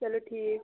چلو ٹھیٖک